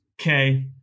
okay